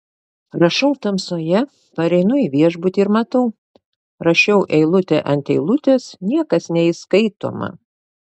rašau tamsoje pareinu į viešbutį ir matau rašiau eilutė ant eilutės niekas neįskaitoma